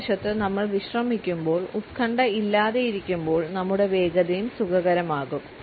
മറുവശത്ത് നമ്മൾ വിശ്രമിക്കുമ്പോൾ ഉത്കണ്ഠ ഇല്ലാതെ ഇരിക്കുമ്പോൾ നമ്മുടെ വേഗതയും സുഖകരമാകും